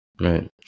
Right